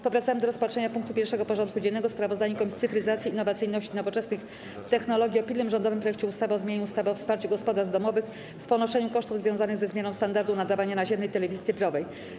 Powracamy do rozpatrzenia punktu 1. porządku dziennego: Sprawozdanie Komisji Cyfryzacji, Innowacyjności i Nowoczesnych Technologii o pilnym rządowym projekcie ustawy o zmianie ustawy o wsparciu gospodarstw domowych w ponoszeniu kosztów związanych ze zmianą standardu nadawania naziemnej telewizji cyfrowej.